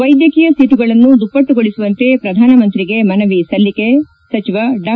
ವೈದ್ಯಕೀಯ ಸೀಟುಗಳನ್ನು ದುಪ್ಪಟ್ಟುಗೊಳಿಸುವಂತೆ ಪ್ರಧಾನಮಂತ್ರಿಗೆ ಮನವಿ ಸಲ್ಲಿಕೆ ಸಚಿವ ಡಾ